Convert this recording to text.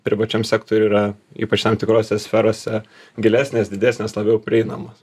privačiam sektoriui yra ypač tam tikrose sferose gilesnės didesnės labiau prieinamos